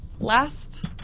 Last